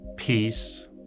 peace